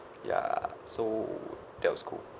ya so that was cool